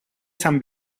san